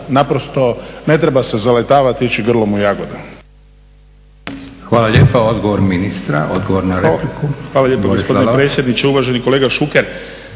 naprosto ne treba se zaletavati i ići grlom u jagode.